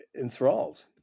enthralled